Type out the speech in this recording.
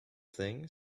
thing